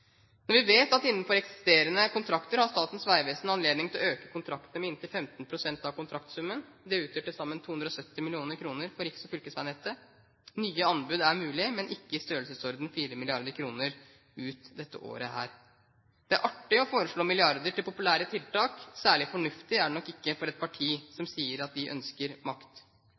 Vi vet at innenfor eksisterende kontrakter har Statens vegvesen anledning til å øke kontraktene med inntil 15 pst. av kontraktsummen. Det utgjør til sammen 270 mill. kr for riks- og fylkesveinettet. Nye anbud er mulig, men ikke i størrelsesorden 4 mrd. kr ut dette året. Det er artig å foreslå milliarder til populære tiltak. Særlig fornuftig er det nok ikke for et parti som sier at det ønsker makt.